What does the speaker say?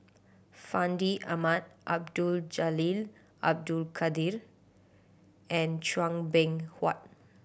Fandi Ahmad Abdul Jalil Abdul Kadir and Chua Beng Huat